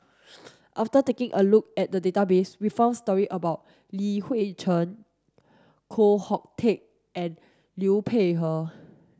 Mafter taking a look at the database we found stories about Li Hui Cheng Koh Hoon Teck and Liu Peihe